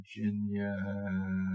Virginia